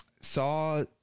saw